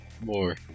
more